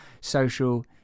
social